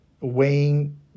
weighing